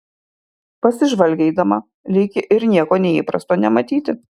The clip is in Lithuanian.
pasižvalgė eidama lyg ir nieko neįprasto nematyti